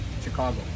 Chicago